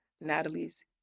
Natalie's